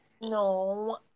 No